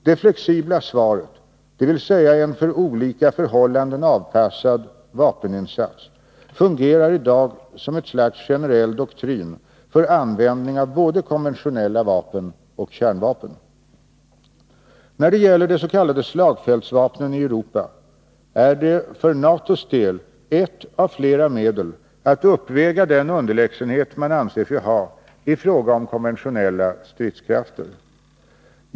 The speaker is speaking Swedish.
Det flexibla svaret, dvs. en för olika förhållanden avpassad vapeninsats, fungerar i dag som ett slags generell doktrin för användning av både konventionella vapen och kärnvapen. När det gäller dess.k. slagfältsvapnen i Europa är de för NATO:s del ett av flera medel att uppväga den underlägsenhet man anser sig ha i fråga om konventionella stridskrafter.